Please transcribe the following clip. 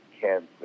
cancer